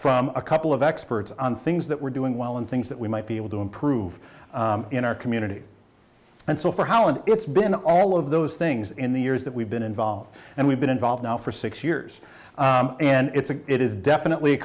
from a couple of experts on things that we're doing well and things that we might be able to improve in our community and so for howard it's been all of those things in the years that we've been involved and we've been involved now for six years and it's a it is definitely a